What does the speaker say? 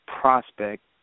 prospect